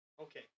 Okay